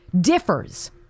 differs